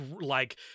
like-